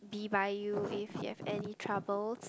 be by you if you have any troubles